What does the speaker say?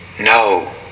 no